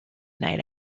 night